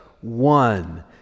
one